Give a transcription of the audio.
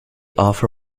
offer